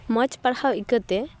ᱢᱚᱡᱽ ᱯᱟᱲᱦᱟᱣ ᱤᱠᱟᱹ ᱛᱮ